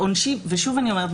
ושוב אני אומרת,